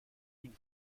une